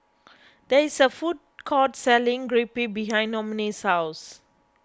there is a food court selling Crepe behind Noemie's house